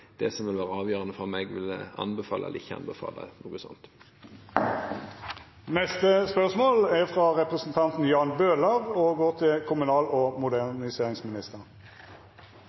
som vil være avgjørende for om jeg vil anbefale eller ikke anbefale noe sånt.